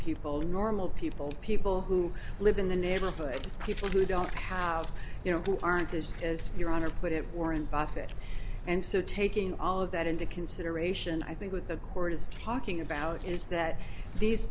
people normal people people who live in the neighborhood people who don't how you know who aren't is as your honor put it warren buffett and so taking all of that into consideration i think with the court is talking about is that these